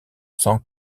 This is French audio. sans